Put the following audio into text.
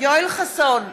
יואל חסון,